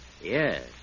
Yes